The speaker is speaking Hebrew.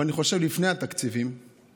אבל לפני התקציבים